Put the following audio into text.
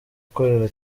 ukorera